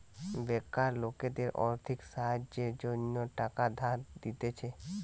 বেকার লোকদের আর্থিক সাহায্যের জন্য টাকা ধার দিতেছে